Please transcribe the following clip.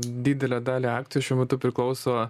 didelę dalį akcijų šiuo metu priklauso